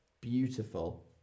beautiful